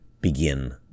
begin